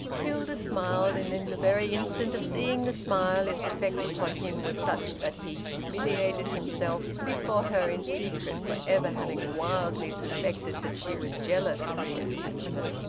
hilda smiled, and in the very instant of seeing the smile its effect upon him was such that he humiliated himself before her in secret for ever having wildly suspected that she was jealous of the attachment.